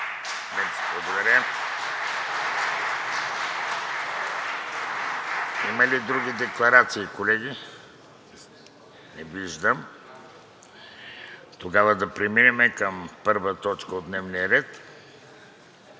Благодаря. Има ли други декларации, колеги? Не виждам. Тогава да преминем към първа точка от дневния ред,